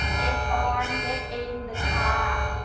get on, get in the car.